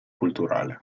culturale